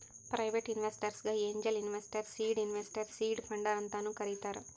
private ಇನ್ವೆಸ್ಟರ್ಗ angel investor, seed investor, seed funder ಅಂತಾನು ಕರಿತಾರ್